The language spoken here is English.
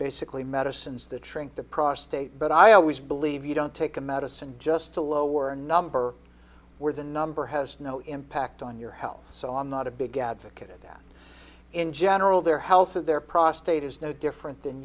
basically medicines that trink the prostate but i always believe you don't take a medicine just to lower number were the number has no impact on your health so i'm not a big advocate of that in general their health of their prostate is no different than